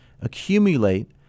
accumulate